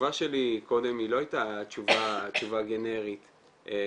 התשובה שלי קודם היא לא הייתה תשובה גנרית בכלל.